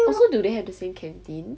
oh so do they have the same canteen